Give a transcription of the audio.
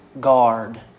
guard